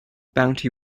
bounty